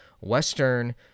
Western